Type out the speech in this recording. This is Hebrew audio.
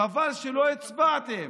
חבל שלא הצבעתם